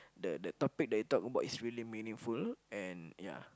the the topic that you talk about is really meaningful and yeah